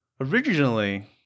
Originally